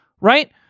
right